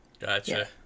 Gotcha